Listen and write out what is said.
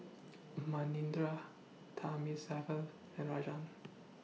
Manindra Thamizhavel and Rajan